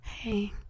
Hey